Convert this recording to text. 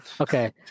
Okay